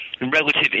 relative